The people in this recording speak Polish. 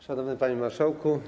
Szanowny Panie Marszałku!